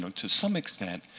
to some extent,